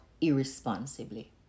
irresponsibly